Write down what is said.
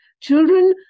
children